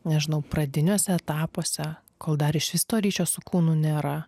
nežinau pradiniuose etapuose kol dar išvis to ryšio su kūnu nėra